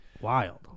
Wild